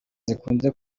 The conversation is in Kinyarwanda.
zikunze